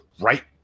right